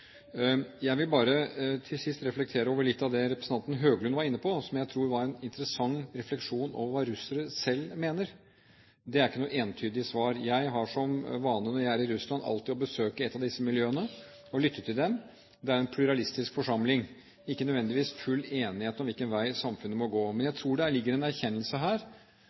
Til sist vil jeg reflektere litt over det som representanten Høglund var inne på, og som jeg synes var en interessant refleksjon over hva russere selv mener. Det er ikke noe entydig svar på det. Jeg har som vane når jeg er i Russland alltid å besøke et av disse miljøene, og lytte til dem. Det er en pluralistisk forsamling – det er ikke nødvendigvis full enighet om hvilken vei samfunnet må gå. Men jeg tror det ligger en erkjennelse her